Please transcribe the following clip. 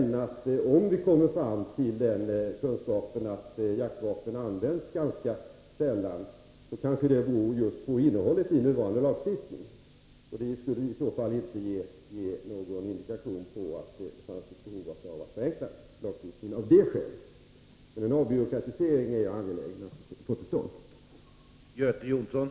Om vi kommer fram till att jaktvapen används ganska sällan kanske det beror just på innehållet i nuvarande lagstiftning. Det skulle i så fall inte ge någon indikation på att det finns ett behov av att förenkla lagstiftningen av det skälet. Men en avbyråkratisering är angelägen att få till stånd.